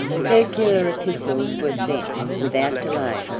circular epistles were sent, without delay,